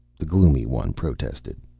the gloomy one protested,